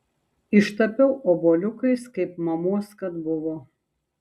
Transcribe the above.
ištapiau obuoliukais kaip mamos kad buvo